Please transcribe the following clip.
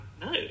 no